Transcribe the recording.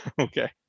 Okay